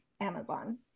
Amazon